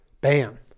bam